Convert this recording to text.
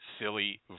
Silly